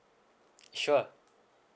sure